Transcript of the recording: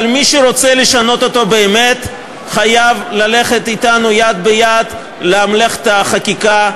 אבל מי שרוצה לשנות אותו באמת חייב ללכת אתנו יד ביד למלאכת החקיקה,